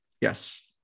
Yes